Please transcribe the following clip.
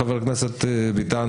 מה שסוכם בישיבת הנשיאות מצוי כאן.